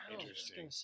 Interesting